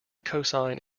cosine